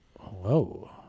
Whoa